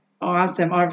awesome